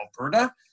Alberta